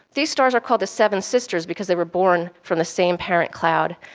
these stars are called the seven sisters because they were born from the same parent cloud,